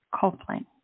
Copeland